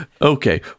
Okay